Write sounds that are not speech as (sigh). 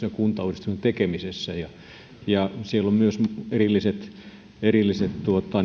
(unintelligible) ja kuntauudistuksen tekemisessä ja siellä on myös erilliset